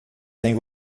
sem